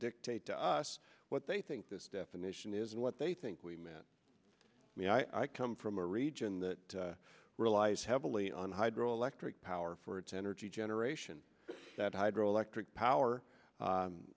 dictate to us what they think this definition is and what they think we met me i come from a region that relies heavily on hydroelectric power for its energy generation that hydroelectric power